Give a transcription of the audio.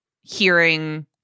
hearing